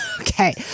Okay